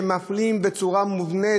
כשמפלים בצורה מובנית,